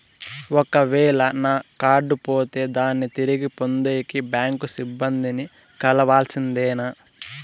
ఒక వేల నా కార్డు పోతే దాన్ని తిరిగి పొందేకి, బ్యాంకు సిబ్బంది ని కలవాల్సిందేనా?